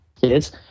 kids